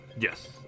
Yes